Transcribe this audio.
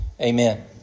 Amen